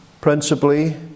principally